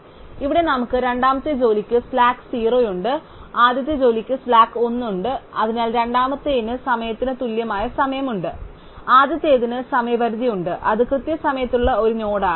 അതിനാൽ ഇവിടെ നമുക്ക് രണ്ടാമത്തെ ജോലിയ്ക്ക് സ്ലാക്ക് 0 ഉണ്ട് ആദ്യത്തെ ജോലിക്ക് സ്ലാക്ക് 1 ഉണ്ട് അതിനാൽ രണ്ടാമത്തേതിന് സമയത്തിന് തുല്യമായ സമയമുണ്ട് ആദ്യത്തേതിന് സമയപരിധി ഉണ്ട് അത് കൃത്യസമയത്തുള്ള ഒരു നോഡാണ്